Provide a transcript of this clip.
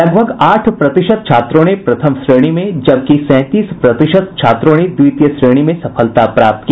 लगभग आठ प्रतिशत छात्रों ने प्रथम श्रेणी में जबकि सैंतीस प्रतिशत छात्रों ने द्वितीय श्रेणी में सफलता प्राप्त की